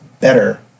better